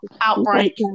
outbreak